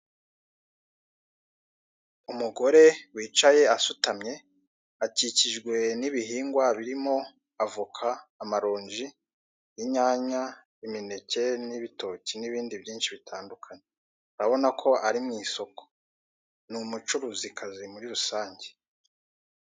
Umugore wicaye asutamye, akikijwe n'ibihingwa birimo avoka, amaronji, inyanya, imineke, n'ibitoki, n'ibindi byinshi bitandukanye.. Urabona ko ari mu isoko. Ni umucuruzikazi muri rusange.